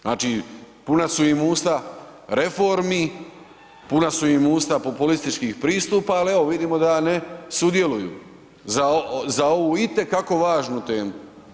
Znači puna su im usta reformi, puna su im usta populističkih pristupa ali evo vidimo da ne sudjeluju za ovu itekako važnu temu.